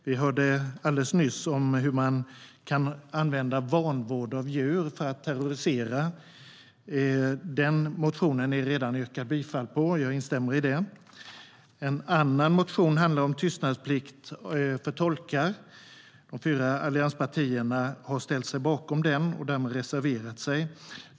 Vi hörde alldeles nyss om hur människor kan använda vanvård av djur för att terrorisera. Den motionen har man redan yrkat bifall till, och jag instämmer i det. En annan motion handlar om tystnadsplikt för tolkar. De fyra allianspartierna har ställt sig bakom den och reserverat sig.